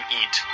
eat